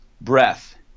breath